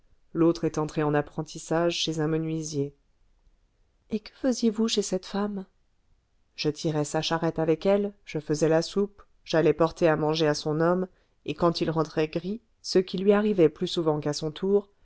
l'autre est entré en apprentissage chez un menuisier et que faisiez-vous chez cette femme je tirais sa charrette avec elle je faisais la soupe j'allais porter à manger à son homme et quand il rentrait gris ce qui lui arrivait plus souvent qu'à son tour